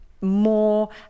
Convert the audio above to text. more